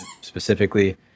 specifically